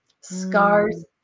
Scars